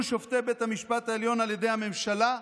שופטי בית המשפט העליון על ידי הממשלה,